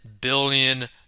billion